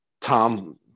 Tom